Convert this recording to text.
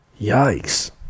Yikes